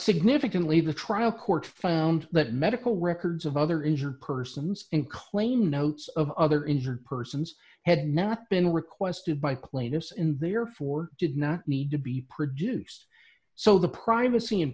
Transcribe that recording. significantly the trial court found that medical records of other is or persons and claim notes of other injured persons had not been requested by plaintiffs in therefore did not need to be produced so the privacy